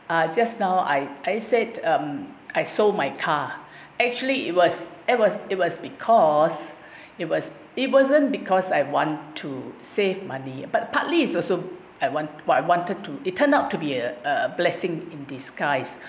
uh just now I I said um I sold my car actually it was it was it was because it was it wasn't because I've one to save money but partly is also I want what I wanted to it turned out to be a a blessing in disguise